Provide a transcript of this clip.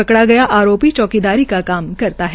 पकड़ा गया आरोपी चौकीदारी का काम करता है